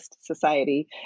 society